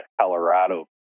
Colorado